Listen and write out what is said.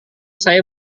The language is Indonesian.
saya